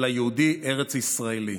אלא יהודי ארץ ישראלי.